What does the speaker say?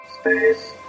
Space